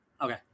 Okay